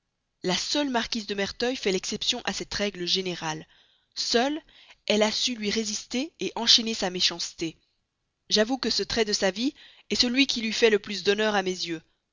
la seule marquise de merteuil fait exception à cette règle générale seule elle a su lui résister enchaîner sa méchanceté j'avoue que ce trait de sa vie est celui qui lui fait le plus d'honneur à mes yeux